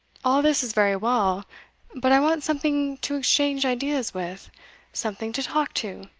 all this is very well but i want something to exchange ideas with something to talk to.